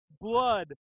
blood